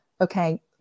okay